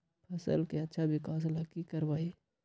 फसल के अच्छा विकास ला की करवाई?